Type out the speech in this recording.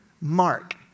Mark